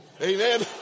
Amen